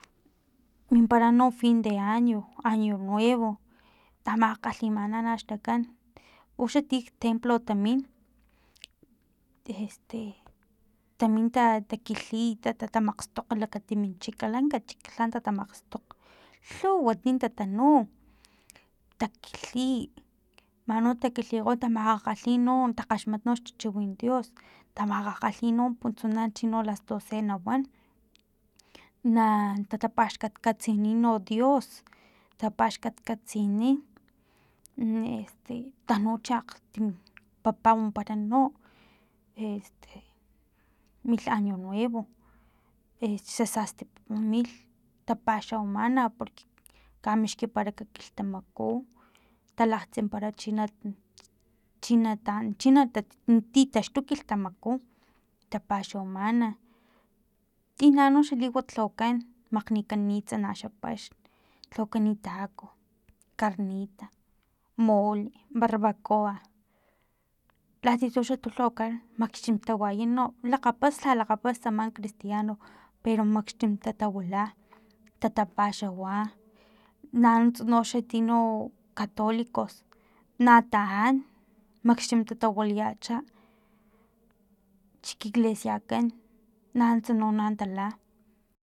Mimpara no fin de año año nuevo tamakgakgalhimana naxlakan uxa tik templo tamin este tamin taki kilhi tamakgstokg akgtim chik lank lanka chik lha tatamastokg lhuw ti tatanu takgilhi man no takilhikgo tamakgakgalhi no takgaxmat xtachiwin dios tamakgakgalhi puntsuna chino las doce nawan na tatapaxkatkatsini no dios tapaxkatkatsini este tanucha akgtim kat wampara no este milh año nuevo e xa sasti milh tapaxawamana porque kamixkiparak kilhtamaku talakgtsimpara chi china taan chino na ta titaxtu kilhtamaku tapaxawamana tina noxa liwat lhawakan makgnikanitsa na xa paxn lhawakani taco carnita mole barbacoa latia tuxa lhawakan makxtim tawayan no lakgapas lha lakgapas tsama cristiano pero makxtim tatawila tatapaxawa nanuntsa xa tino catolicos na taan makxtim tatawilayach chik iglesiakan nanuntsa no tala